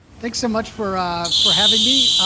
thanks so much for ah for having me.